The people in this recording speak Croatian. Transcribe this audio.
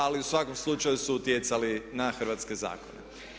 Ali u svakom slučaju su utjecali na hrvatske zakone.